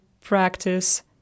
practice